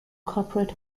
corporate